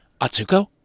Atsuko